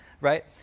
Right